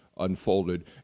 unfolded